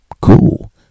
cool